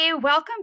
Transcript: Welcome